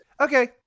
Okay